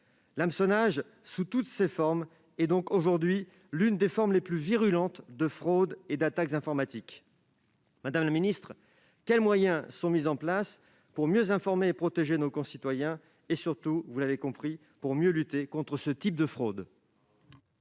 L'hameçonnage, quel que soit son type, est aujourd'hui l'une des formes les plus virulentes de fraudes et d'attaques informatiques. Madame la ministre, quels moyens sont mis en place pour mieux informer et protéger nos concitoyens et surtout pour mieux lutter contre ce type de fraude ?